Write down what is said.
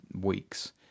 weeks